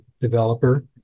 developer